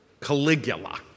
Caligula